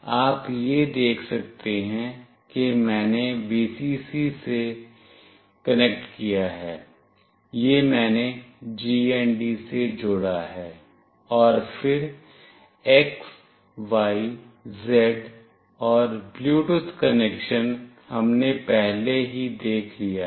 आप यह देख सकते हैं कि मैंने Vcc से कनेक्ट किया है यह मैंने GND से जोड़ा है और फिर x y z और ब्लूटूथ कनेक्शन हमने पहले ही देख लिया है